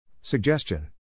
Suggestion